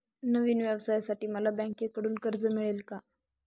नवीन व्यवसायासाठी मला बँकेकडून कर्ज मिळेल का?